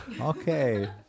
Okay